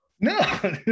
no